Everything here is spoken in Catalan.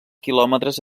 quilòmetres